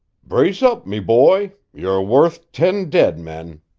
brace up, me boy! you're worth ten dead men,